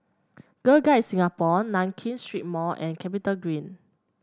Girl Guides Singapore Nankin Street Mall and CapitaGreen